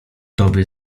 tobie